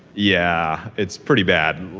yeah, it's pretty bad.